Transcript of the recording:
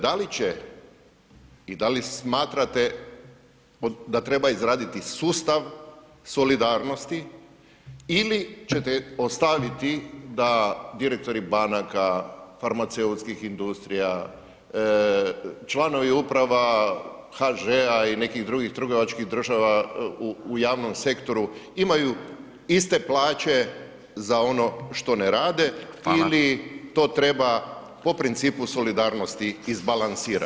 Da li će i da li smatrate da treba izraditi sustav solidarnosti ili ćete ostaviti da direktori banaka, farmaceutskih industrija, članovi uprava HŽ-a i nekih drugih trgovačkih društava u javnom sektoru imaju iste plaće za ono što ne rade ili to treba po principu solidarnosti izbalansirati?